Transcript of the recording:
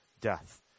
death